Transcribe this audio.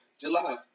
July